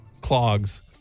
clogs